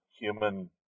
human